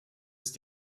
ist